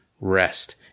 rest